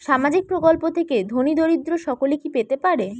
সামাজিক প্রকল্প থেকে ধনী দরিদ্র সকলে কি পেতে পারে?